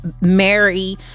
Mary